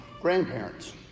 grandparents